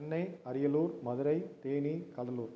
Chennai Ariyalur Madurai Theni Cuddalore